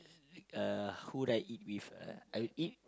uh who do I eat with uh I would eat